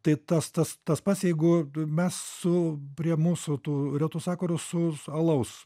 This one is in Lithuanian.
tai tas tas tas pats jeigu mes su prie mūsų tų retų sakurų su alaus